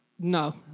No